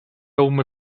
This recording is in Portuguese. uma